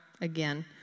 again